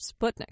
Sputnik